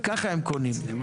ככה הם קונים,